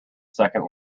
second